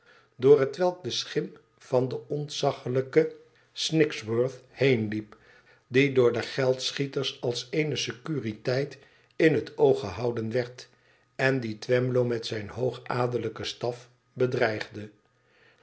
door hetwelk de schim van den ontzaglijken snigsworth heenliep die door de geldschieters als eene securiteit in het oog gehouden werd en die twemlow met zijn hoogadellijken staf bedreigde